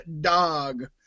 Dog